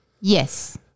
Yes